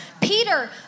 peter